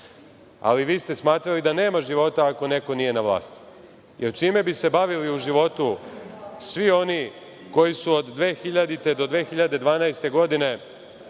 ali vi ste smatrali da nema života ako neko nije na vlasti, jer čime bi se bavili u životu svi oni koju su od 2000. – 2012. godine